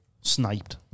sniped